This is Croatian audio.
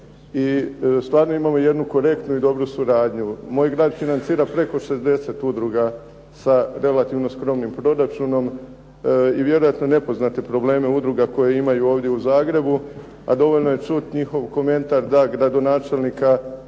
I stvarno imamo jednu korektnu i dobru suradnju. Moj grad financira preko 60 udruga sa relativno skromnim proračunom i vjerojatno ne poznate probleme udruga koje imaju ovdje u Zagrebu a dovoljno je čuti njihov komentar da gradonačelnika